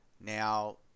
now